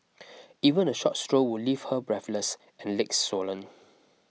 even a short stroll would leave her breathless and legs swollen